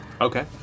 Okay